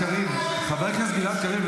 חבר כנסת גלעד קריב,